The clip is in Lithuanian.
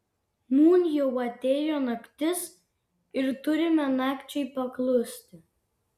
nūn jau atėjo naktis ir turime nakčiai paklusti